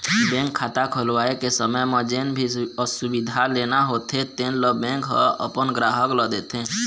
bank खाता खोलवाए के समे म जेन भी सुबिधा लेना होथे तेन ल बेंक ह अपन गराहक ल देथे